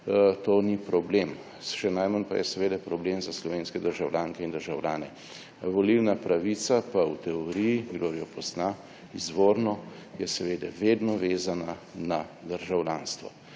to ni problem. Še najmanj pa je seveda problem za slovenske državljanke in državljane. Volilna pravica pa je v teoriji, kdor jo pozna, izvorno seveda vedno vezana na državljanstvo.